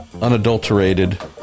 unadulterated